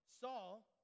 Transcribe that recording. Saul